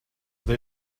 they